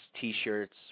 t-shirts